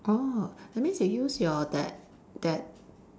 orh that means you use your that that